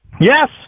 Yes